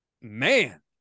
man